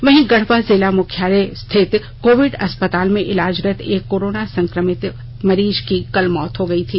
वहीं गढ़वा जिला मुख्यालय स्थित कोविड अस्पताल में इलाजरत एक कोरोना संकमित मरीज की कल मौत हो गई थी